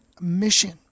mission